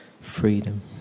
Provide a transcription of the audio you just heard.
Freedom